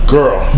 Girl